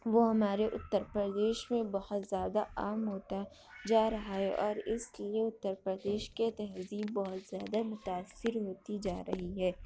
وہ ہمارے اتر پردیش میں بہت زیادہ عام ہوتا جا رہا ہے اور اس لیے اتر پردیش کے تہذیب بہت زیادہ متاثر ہوتی جا رہی ہے